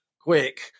quick